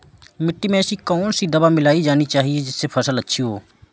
मिट्टी में ऐसी कौन सी दवा मिलाई जानी चाहिए जिससे फसल अच्छी हो?